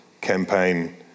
campaign